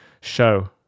show